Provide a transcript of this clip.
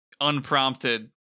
unprompted